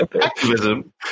Activism